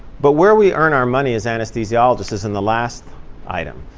but where we earn our money as anesthesiologists is in the last item,